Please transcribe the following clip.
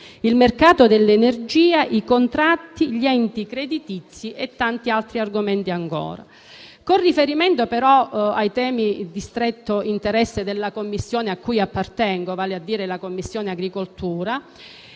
il mercato dell'energia, i contratti, gli enti creditizi e tanti altri argomenti ancora. Con riferimento però ai temi di stretto interesse della 9a Commissione a cui appartengo, vorrei innanzitutto